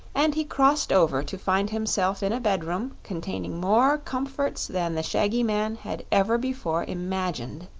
and he crossed over to find himself in a bedroom containing more comforts than the shaggy man had ever before imagined.